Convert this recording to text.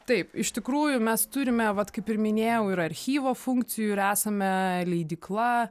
taip iš tikrųjų mes turime vat kaip ir minėjau ir archyvo funkcijų ir esame leidykla